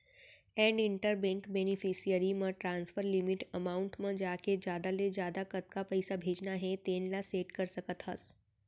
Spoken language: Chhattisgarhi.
एड इंटर बेंक बेनिफिसियरी म ट्रांसफर लिमिट एमाउंट म जाके जादा ले जादा कतका पइसा भेजना हे तेन ल सेट कर सकत हस